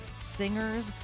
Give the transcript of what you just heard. singers